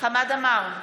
חמד עמאר,